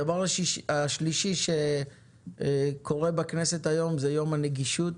הדבר השלישי שקורה בכנסת היום הוא יום הנגישות